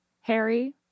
Harry